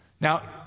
Now